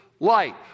Light